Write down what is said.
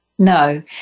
No